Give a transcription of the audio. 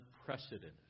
unprecedented